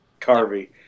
Carvey